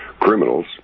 Criminals